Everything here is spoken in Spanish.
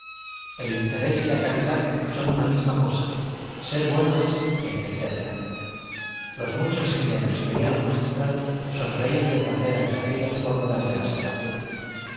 el interés y la caridad son una misma cosa ser bueno es entenderla los muchos indianos que oían al magistral sonreían de placer ante aquellas fórmulas de la salvación